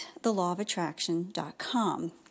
thelawofattraction.com